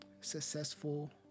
Successful